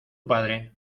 padre